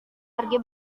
pergi